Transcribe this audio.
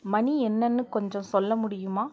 மணி என்னென்னு கொஞ்சம் சொல்ல முடியுமா